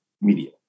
media